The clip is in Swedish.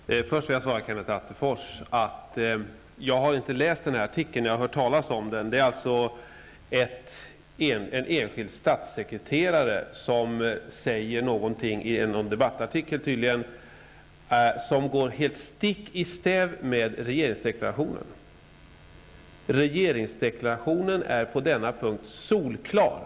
Fru talman! Först vill jag svara Kenneth Attefors att jag inte har läst artikeln, bara hört talas om den. Det är alltså en enskild statssekreterare, som tydligen säger någonting i en debattartikel, vilken går helt stick i stäv med regeringsdeklarationen. Regeringsdeklarationen är på denna punkt solklar.